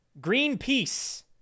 Greenpeace